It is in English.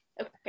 Okay